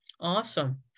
Awesome